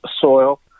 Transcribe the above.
soil